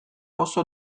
oso